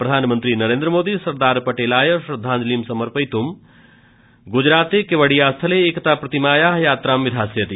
प्रधानमन्त्री नरेन्द्रमोदी सरदारपटेलाय श्रद्धाव्जलिं समर्पयित् ग्जराते केवाडिया स्थले एकताप्रतिमायाः यात्रां विधास्यति